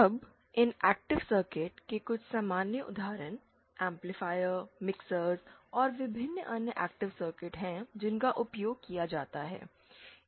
अब इन active circuit के कुछ सामान्य उदाहरण एम्पलीफायर मिक्सर और विभिन्न अन्य एक्टीव सर्किट हैं जिनका उपयोग किया जाता है